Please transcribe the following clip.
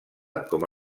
com